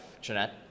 Jeanette